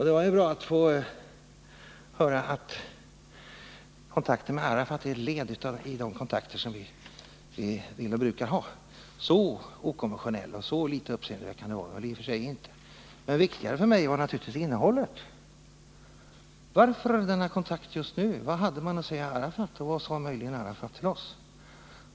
Det var ju bra att få höra att kontakter med Arafat är ett led i de kontakter som vi brukar ha. Så okonventionella och så litet uppseendeväckande var de väl i och för sig inte. Viktigare för mig var naturligtvis innehållet. Varför denna kontakt just nu? Vad hade man att säga Arafat och vad sade möjligen Arafat till oss?